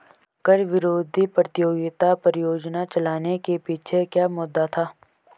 कर विरोधी प्रतियोगिता परियोजना चलाने के पीछे क्या मुद्दा था?